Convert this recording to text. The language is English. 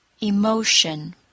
Emotion